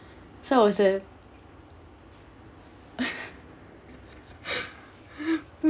so I would say